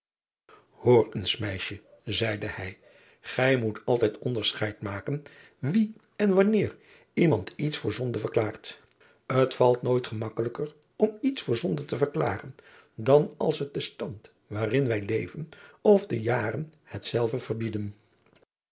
eens meisje zeide hij gij moet altijd onderscheid maken wie en wanneer iemand iets voor zonde verklaart t alt nooit gemakkelijker om iets voor zonde te verklaren dan als het de stand waarin wij leven of de jaren hetzelve verbieden